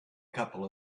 couple